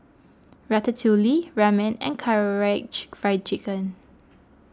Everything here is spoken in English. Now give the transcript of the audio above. Ratatouille Ramen and Karaage Fried Chicken